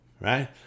right